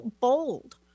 bold